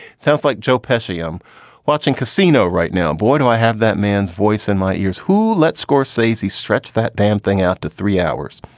sounds like joe pesci. i'm watching casino right now boy, do i have that man's voice in my ears who let scorsese he stretch that damn thing out to three hours.